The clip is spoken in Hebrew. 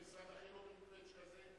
ומשרד החינוך עם קוועץ' כזה,